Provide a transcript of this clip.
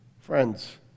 friends